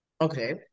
Okay